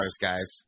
guys